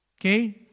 Okay